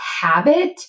habit